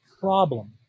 problem